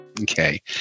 Okay